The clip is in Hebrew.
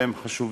והם חשובים.